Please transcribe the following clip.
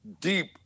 deep